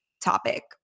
topic